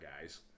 guys